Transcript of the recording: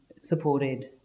supported